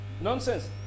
Nonsense